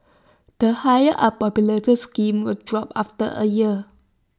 the higher unpopular the scheme was dropped after A year